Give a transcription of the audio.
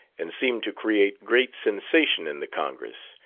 and seemed to create great sensation in the congress,